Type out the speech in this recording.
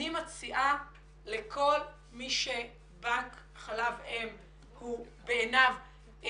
אני מציעה לכל מי שבנק חלב האם בעיניו הוא